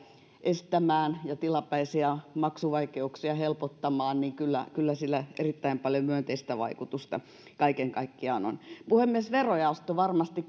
estämään ja tilapäisiä maksuvaikeuksia helpottamaan niin kyllä kyllä sillä erittäin paljon myönteistä vaikutusta kaiken kaikkiaan on puhemies verojaosto varmasti